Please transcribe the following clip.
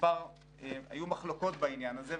נקבעו היו מחלוקות בעניין הזה.